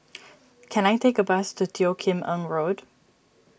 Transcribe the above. can I take a bus to Teo Kim Eng Road